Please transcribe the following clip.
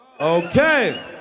okay